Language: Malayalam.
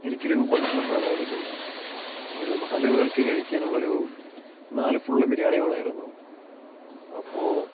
എനിക്കൊരു ഭക്ഷണം വേണമായിരുന്നു ഒരു നാല് പേർക്ക് കഴിക്കാനുള്ളൊരു നാല് ഫുൾ ബിരിയാണി വേണാമായിരുന്നു അപ്പോൾ